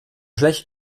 schlecht